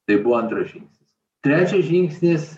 tai buvo antras žingsnis trečias žingsnis